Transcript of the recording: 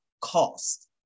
cost